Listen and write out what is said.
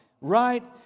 right